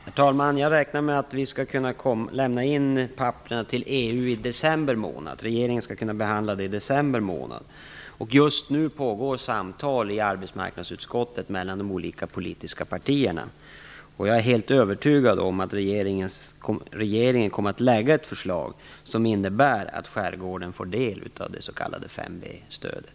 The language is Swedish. Herr talman! Jag räknar med att vi skall kunna lämna in papperen till EU i december månad och att regeringen skall kunna behandla ärendet i december månad. Just nu pågår samtal i arbetsmarknadsutskottet mellan de olika politiska partierna. Jag är helt övertygad om att regeringen kommer att lägga fram ett förslag som innebär att skärgården får del av det s.k. 5-b-stödet.